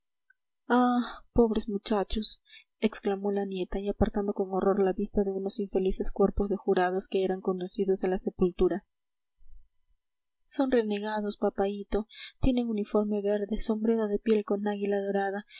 pobres muchachos exclamó la nieta y apartando con horror la vista de unos infelices cuerpos de jurados que eran conducidos a la sepultura son renegados papaíto tienen uniforme verde sombrero de piel con águila dorada